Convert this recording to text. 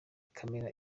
camera